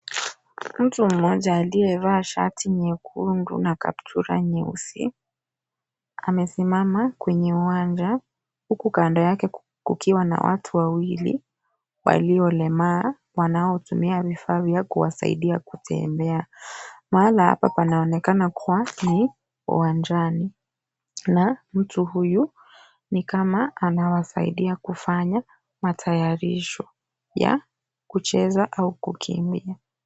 Mtu moja aliyevaa shati nyekundu na kaptura nyeusi amesimama kwenye uwanja huku kando yake kukiwa na watu wawili waliolemaa wanotumia vifaa vya kuwasaidia kutembea. Mahala hapa panaonekana kuwa ni uwanjani na mtu huyu ni kama anawasaidia kufanya matayarisho ya kucheza au kukimbia.